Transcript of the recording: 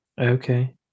Okay